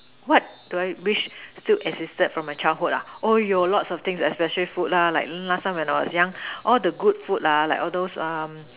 what do I wish still existed from my childhood oh lots of things especially food l ah like you know last time when I was young all the good food lah like all those